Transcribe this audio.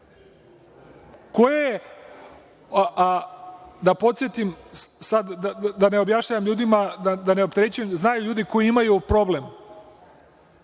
koja je, da podsetim, da ne objašnjavam ljudima i da ne opterećujem, znaju ljudi koji imaju problem,